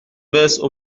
douze